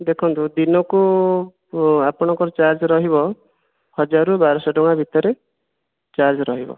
ଦେଖନ୍ତୁ ଦିନକୁ ଆପଣଙ୍କର ଚାର୍ଜ୍ ରହିବ ହଜାରରୁ ବାରଶହ ଟଙ୍କା ଭିତରେ ଚାର୍ଜ୍ ରହିବ